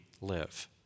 live